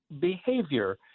behavior